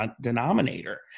denominator